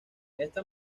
esta